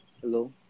Hello